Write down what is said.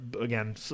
Again